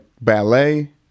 ballet